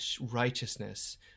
righteousness